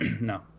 No